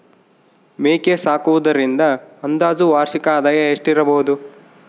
ಮೇಕೆ ಸಾಕುವುದರಿಂದ ಅಂದಾಜು ವಾರ್ಷಿಕ ಆದಾಯ ಎಷ್ಟಿರಬಹುದು?